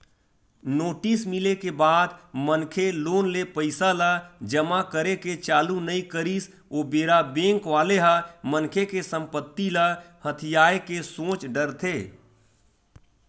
notice मिले के बाद मनखे लोन ले पइसा ल जमा करे के चालू नइ करिस ओ बेरा बेंक वाले ह मनखे के संपत्ति ल हथियाये के सोच डरथे